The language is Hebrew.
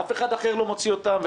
אף אחד לא מוציא אותן במקומם,